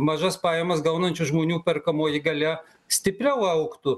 mažas pajamas gaunančių žmonių perkamoji galia stipriau augtų